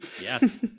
Yes